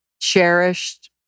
cherished